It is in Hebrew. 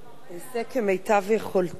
אעשה כמיטב יכולתי.